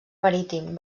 marítim